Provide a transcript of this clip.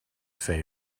say